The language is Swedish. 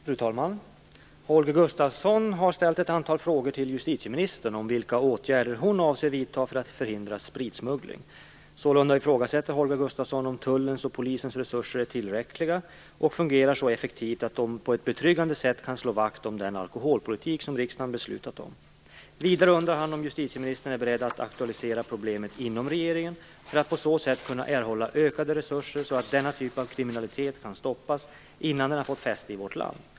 Fru talman! Holger Gustafsson har ställt ett antal frågor till justitieministern om vilka åtgärder hon avser att vidta för att förhindra spritsmuggling. Sålunda ifrågasätter Holger Gustafsson om Tullens och Polisens resurser är tillräckliga och fungerar så effektivt att de på ett betryggande sätt kan slå vakt om den alkoholpolitik som riksdagen beslutat om. Vidare undrar han om justitieministern är beredd att aktualisera problemet inom regeringen för att på så sätt möjliggöra ökade resurser så att denna typ av kriminalitet kan stoppas innan den fått fäste i vårt land.